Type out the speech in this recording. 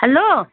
hello